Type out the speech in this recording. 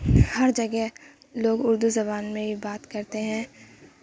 ہر جگہ لوگ اردو زبان میں بھی بات کرتے ہیں